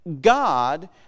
God